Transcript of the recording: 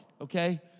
okay